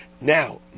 Now